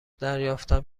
دریافتم